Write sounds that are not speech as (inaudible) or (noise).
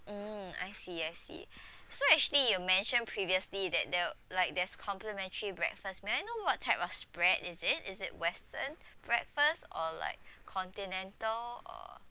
mm I see I see (breath) so actually you mentioned previously that there like there's complimentary breakfast may I know what type of spread is it is it western breakfast or like continental or